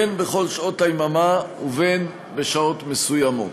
בין בכל שעות היממה ובין בשעות מסוימות.